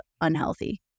unhealthy